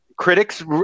critics